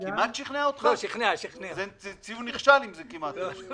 כמו שציינה פה מיכל שיר נתנו לה את הנתונים 3,600 מתושבי